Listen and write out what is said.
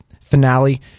finale